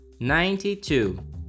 ninety-two